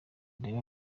urebe